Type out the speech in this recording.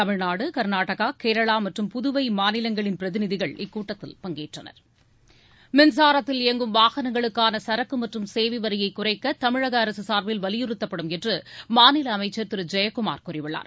தமிழ்நாடு கர்நாடகா கேரளா மற்றும் புதுவை மாநிலங்களின் பிரதிநிதிகள் இக்கூட்டத்தில் பங்கேற்றனர் மின்சாரத்தில் இயங்கும் வாகனங்களுக்கான சரக்கு மற்றும் சேவை வரியை குறைக்க தமிழக அரசு சார்பில் வலியுறுத்தப்படும் என்று மாநில அமைச்சர் திரு ஜெயக்குமார் கூறியுள்ளார்